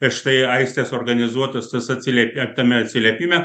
prieš tai aistės organizuotas tas atsilie tame atsiliepime